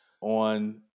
on